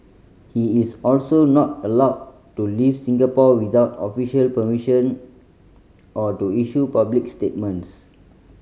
he is also not allowed to leave Singapore without official permission or to issue public statements